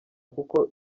kuko